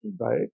right